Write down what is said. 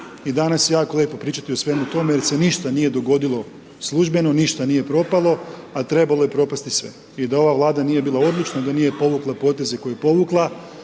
i danas jako lijepo pričati o svemu tome, jer se ništa nije dogodilo službeno, ništa nije propalo, a trebalo je propasti sve. I da ova vlada nije bila odlučna, da nije povukla poteze koje je povukla,